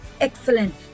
excellent